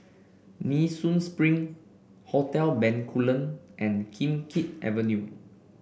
Nee Soon Spring Hotel Bencoolen and Kim Keat Avenue